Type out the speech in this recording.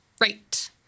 right